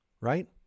right